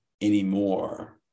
anymore